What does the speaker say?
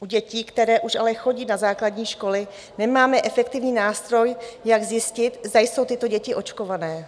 U dětí, které už ale chodí na základní školy, nemáme efektivní nástroj, jak zjistit, zda jsou tyto děti očkované.